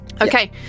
Okay